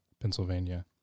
Pennsylvania